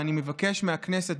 ואני מבקש מהכנסת,